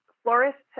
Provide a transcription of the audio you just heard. florists